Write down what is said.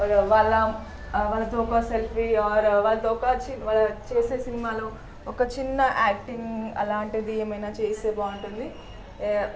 వాళ్ళ వాళ్ళతో ఒక సెల్ఫీ ఆర్ వాళ్ళతో ఒక చి వాళ్ళు చూసే సినిమాలు ఒక చిన్న యాక్టింగ్ అలాంటిది ఏమైనా చేస్తే బాగుంటుంది